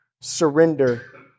surrender